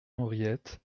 henriette